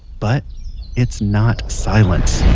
but it's not silence